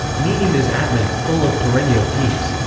meaning is atman, full of perennial peace.